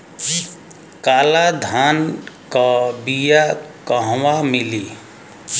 काला धान क बिया कहवा मिली?